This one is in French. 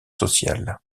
sociale